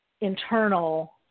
internal